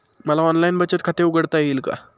मला ऑनलाइन बचत खाते उघडता येईल का?